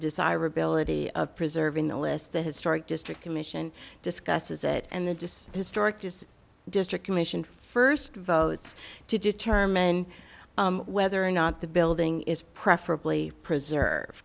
desirability of preserving the list the historic district commission discusses it and the just historic just district commission first votes to determine whether or not the building is preferably preserve